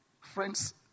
friends